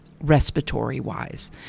respiratory-wise